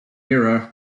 era